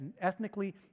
ethnically